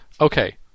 okay